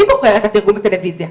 מי בוחר את התרגום בטלויזיה.